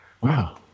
Wow